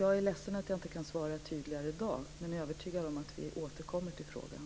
Jag är ledsen att jag inte kan svara tydligare i dag, men jag är övertygad om att vi återkommer till frågan.